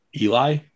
Eli